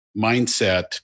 mindset